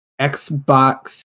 Xbox